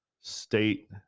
State